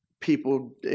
People